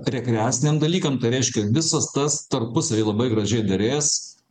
rekreaciniam dalykam tai reiškia visas tas tarpusavy labai gražiai derės